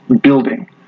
building